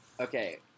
Okay